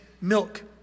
milk